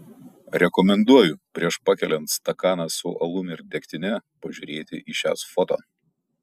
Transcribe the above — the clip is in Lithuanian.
rekomenduoju prieš pakeliant stakaną su alum ir degtine pažiūrėti į šias foto